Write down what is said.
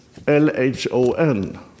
LHON